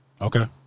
Okay